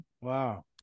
Wow